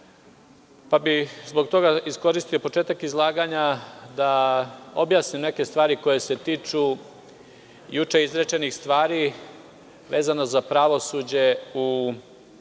pa bi zbog toga iskoristio početak izlaganja da objasnim neke stvari koje se tiču juče izrečenih stvari vezano za pravosuđe u